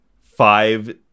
five